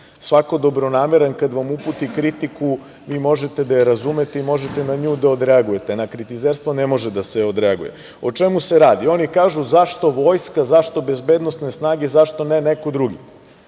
dobronameran, kada vam uputi kritiku vi možete da razumete i možete na nju da odreagujete. Na kritizerstvo ne može da se odreaguje.O čemu se radi? Oni kažu - zašto vojska, zašto bezbednosne snage, zašto ne neko drugi?